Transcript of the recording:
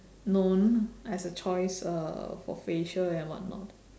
known as a choice uh for facial and whatnot